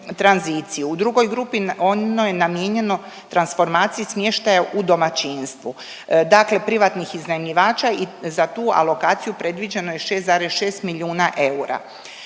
U drugoj grupi onoj namijenjenoj transformaciji smještaja u domaćinstvu, dakle privatnih iznajmljivača i za tu alokaciju predviđeno je 6,6 milijuna eura.